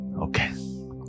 okay